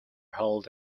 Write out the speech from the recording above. held